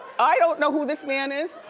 i don't know who this man is,